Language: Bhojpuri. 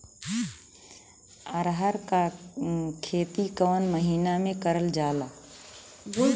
अरहर क खेती कवन महिना मे करल जाला?